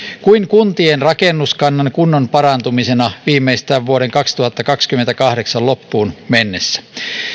kuin kuntien rakennuskannan kunnon parantumisena viimeistään vuoden kaksituhattakaksikymmentäkahdeksan loppuun mennessä